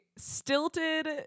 stilted